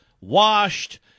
washed